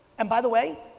and by the way,